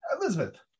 Elizabeth